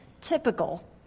typical